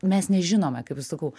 mes nežinome kaip aš sakau